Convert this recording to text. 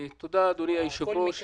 האישה.